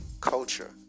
culture